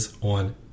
on